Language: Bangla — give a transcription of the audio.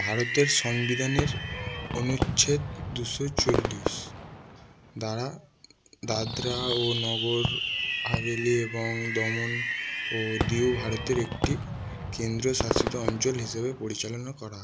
ভারতের সংবিধানের অনুচ্ছেদ দুশো চল্লিশ দ্বারা দাদরা ও নগর হাভেলি এবং দমন ও দিউ ভারতের একটি কেন্দ্রশাসিত অঞ্চল হিসাবে পরিচালনা করা হয়